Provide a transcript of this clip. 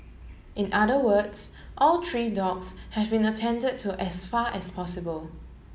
in other words all three dogs have been attend to as far as possible